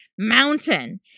Mountain